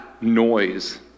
noise